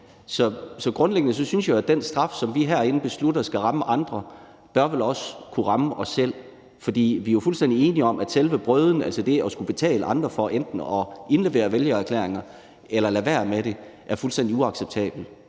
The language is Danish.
af. Grundlæggende synes jeg jo, at den straf, som vi herinde beslutter skal ramme andre, vel også bør kunne ramme os selv. For vi er jo fuldstændig enige om, at selve brøden, altså det at betale andre for enten at indlevere vælgererklæringer eller lade være med det, er fuldstændig uacceptabel.